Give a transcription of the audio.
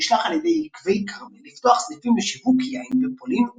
נשלח על ידי יקבי כרמל לפתוח סניפים לשיווק יין בפולין וברוסיה.